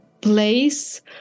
place